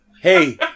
Hey